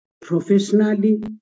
professionally